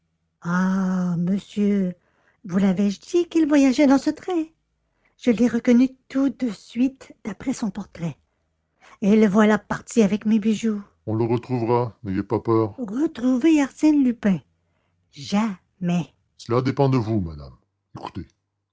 ah monsieur vous lavais je dit qu'il voyageait dans ce train je l'ai reconnu tout de suite d'après son portrait et le voilà parti avec mes bijoux on le retrouvera n'ayez pas peur retrouver arsène lupin jamais cela dépend de vous madame écoutez